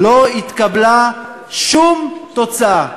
לא התקבלה שום תוצאה,